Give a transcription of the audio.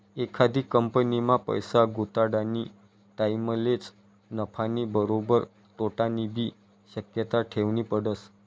एखादी कंपनीमा पैसा गुताडानी टाईमलेच नफानी बरोबर तोटानीबी शक्यता ठेवनी पडस